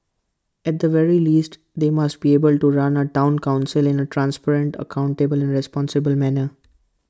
at the very least they must be able to run A Town Council in A transparent accountable and responsible manner